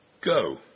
go